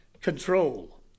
control